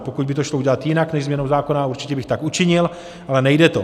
Pokud by to šlo udělat jinak než změnou zákona, určitě bych tak učinil, ale nejde to.